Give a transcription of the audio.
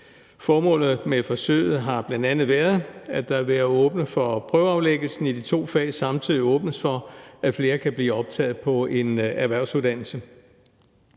Formålet med forsøget har bl.a. været, at der, ved at man åbner for prøveaflæggelse i de to fag, samtidig åbnes for, at flere kan blive optaget på en erhvervsuddannelse.